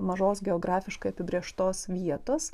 mažos geografiškai apibrėžtos vietos